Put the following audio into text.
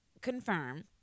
confirm